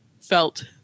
felt